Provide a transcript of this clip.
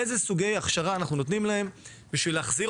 איזה סוגי הכשרה אנחנו נותנים להם בשביל להחזיר